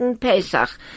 Pesach